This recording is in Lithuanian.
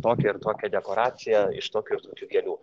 tokią ar tokią dekoraciją iš tokių ir tokių gėlių